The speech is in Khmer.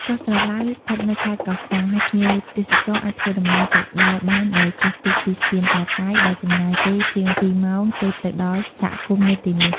កោះស្រឡៅ ស្ថិតនៅខេត្តកោះកុង ហើយភ្ញៀវទេសចរអាចធ្វើដំណើរទៅដល់បានដោយជិះទូកពីស្ពានតាតៃ ដែលចំណាយពេលជាង ២ ម៉ោង ទើបទៅដល់សហគមន៍នៅទីនោះ។